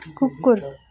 कुकुर